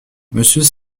monsieur